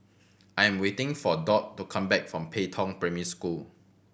I am waiting for Dot to come back from Pei Tong Primary School